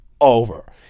over